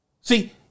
See